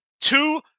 two